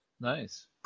Nice